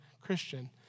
Christian